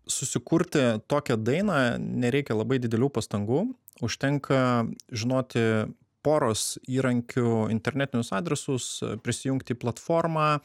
susikurti tokią dainą nereikia labai didelių pastangų užtenka žinoti poros įrankių internetinius adresus prisijungti į platformą